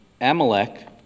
Amalek